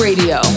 Radio